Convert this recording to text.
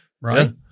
Right